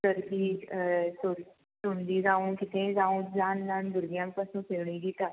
सर्दी सुंदी जावं कितेंय जावूं ल्हान ल्हान भुरग्यांक पासून फेणी दिता